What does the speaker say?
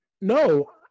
No